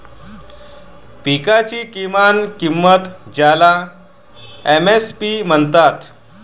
पिकांची किमान किंमत ज्याला एम.एस.पी म्हणतात